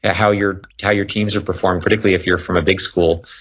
ah how your how your teams are performing. critically if you're from a big school,